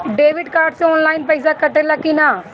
Debit card से ऑनलाइन पैसा कटा ले कि ना?